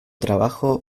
trabajo